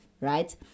right